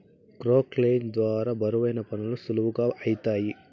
క్రొక్లేయిన్ ద్వారా బరువైన పనులు సులువుగా ఐతాయి